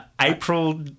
April